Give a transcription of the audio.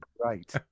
great